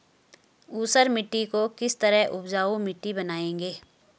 ऊसर मिट्टी को किस तरह उपजाऊ मिट्टी बनाएंगे?